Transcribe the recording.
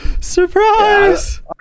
surprise